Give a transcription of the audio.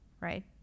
Right